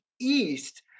East